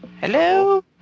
Hello